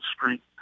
street